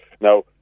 Now